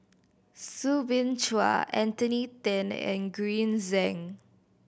Soo Bin Chua Anthony Then and Green Zeng